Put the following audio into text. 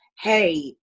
hey